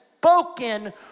Spoken